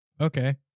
okay